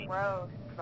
Road